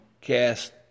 cast